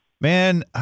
Man